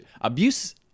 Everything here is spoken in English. abuse